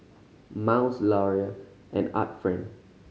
Miles Laurier and Art Friend